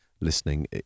listening